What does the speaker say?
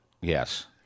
Yes